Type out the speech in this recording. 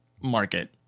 market